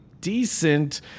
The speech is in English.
decent